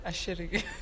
aš irgi